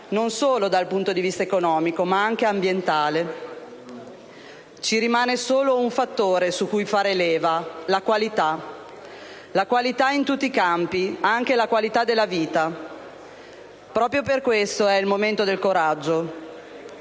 non solo dal punto di vista economico, ma anche ambientale. Ci rimane solo un fattore su cui fare leva: la qualità, in tutti i campi, anche la qualità della vita. Proprio per questo è il momento del coraggio.